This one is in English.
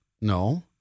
No